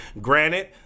Granted